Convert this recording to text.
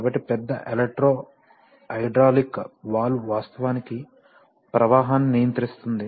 కాబట్టి పెద్ద electro hydraulic valve వాస్తవానికి ప్రవాహాన్ని నియంత్రిస్తుంది